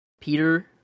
Peter